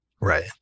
Right